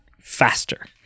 faster